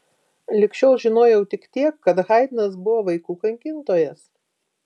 lig šiol žinojau tik tiek kad haidnas buvo vaikų kankintojas